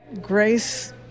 Grace